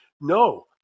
no